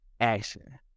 action